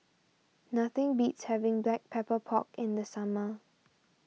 nothing beats having Black Pepper Pork in the summer